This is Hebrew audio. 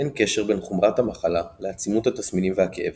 אין קשר בין חומרת המחלה לעצימות התסמינים והכאב,